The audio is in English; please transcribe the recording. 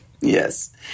Yes